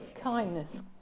Kindness